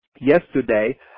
yesterday